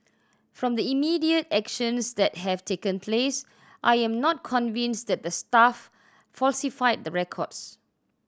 from the immediate actions that have taken place I am not convinced that the staff falsified the records